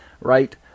Right